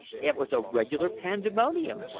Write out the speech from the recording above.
it was a regular pandemonium.